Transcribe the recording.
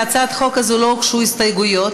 להצעת החוק הזאת לא הוגשו הסתייגויות,